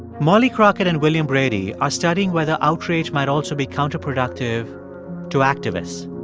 molly crockett and william brady are studying whether outrage might also be counterproductive to activists.